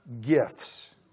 gifts